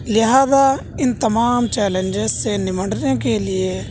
لہٰذا ان تمام چیلنجز سے نمنٹنے کے لیے